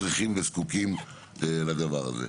שצריכים וזקוקים לדבר הזה.